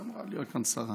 אמורה להיות כאן שרה.